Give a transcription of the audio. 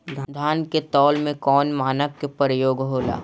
धान के तौल में कवन मानक के प्रयोग हो ला?